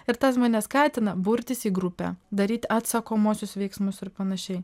ir tas mane skatina burtis į grupę daryti atsakomuosius veiksmus ir panašiai